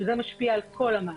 שזה משפיע על כל המערכת,